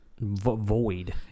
Void